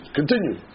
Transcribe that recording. continue